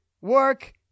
work